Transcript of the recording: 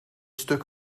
stuk